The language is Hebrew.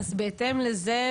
אז בהתאם לזה